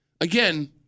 again